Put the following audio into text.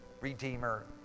Redeemer